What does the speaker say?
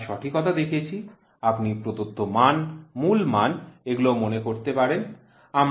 আমরা সঠিকতা দেখেছি আপনি প্রদত্ত মান মূল মান এগুলো মনে করতে পারেন